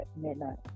midnight